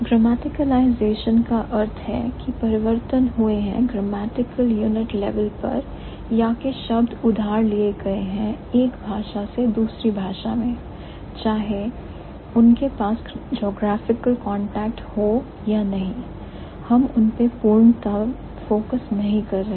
Grammaticalization का अर्थ है कि परिवर्तन हुए हैं grammatical unit level या यह शब्द उधार लिए गए हैं एक भाषा से दूसरी भाषा में चाहे उनके पास ज्योग्राफिकल कांटेक्ट हो या नहीं हम उन पर पूर्णता फोकस नहीं कर रहे